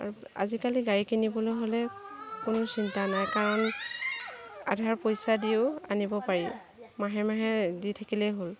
আৰু আজিকালি গাড়ী কিনিবলৈ হ'লে কোনো চিন্তা নাই কাৰণ আধা পইচা দিও আনিব পাৰি মাহে মাহে দি থাকিলেই হ'ল